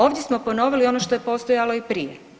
Ovdje smo ponovili ono što je postojalo i prije.